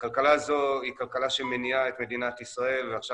הכלכלה הזו היא כלכלה שמניעה את מדינת ישראל ועכשיו